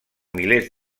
milers